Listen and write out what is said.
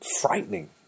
frightening